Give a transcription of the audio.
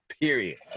Period